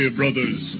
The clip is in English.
brothers